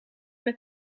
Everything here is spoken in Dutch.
met